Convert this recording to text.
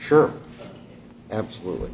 sure absolutely